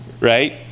right